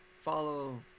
follow